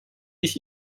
ich